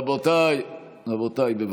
רבותיי, בבקשה.